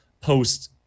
post